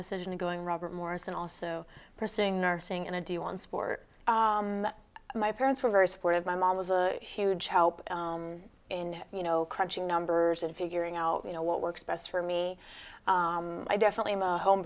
decision of going robert morris and also pursuing nursing and i do you want support my parents were very supportive my mom was a huge help and you know crunching numbers and figuring now you know what works best for me i definitely am a home